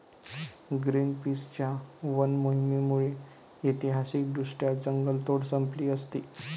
ग्रीनपीसच्या वन मोहिमेमुळे ऐतिहासिकदृष्ट्या जंगलतोड संपली असती